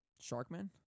Shark-Man